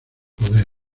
poder